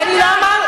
אני לא אמרתי,